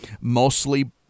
mostly